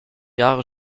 jahre